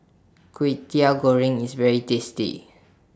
Kwetiau Goreng IS very tasty